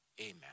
amen